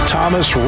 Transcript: Thomas